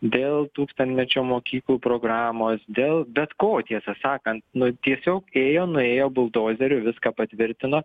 dėl tūkstantmečio mokyklų programos dėl bet ko tiesą sakant nu tiesiog ėjo nuėjo buldozeriu viską patvirtino